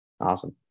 Awesome